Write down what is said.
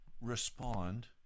respond